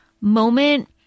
moment